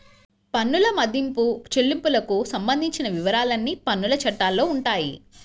పన్నుల మదింపు, చెల్లింపులకు సంబంధించిన వివరాలన్నీ పన్నుల చట్టాల్లో ఉంటాయి